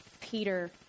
Peter